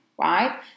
right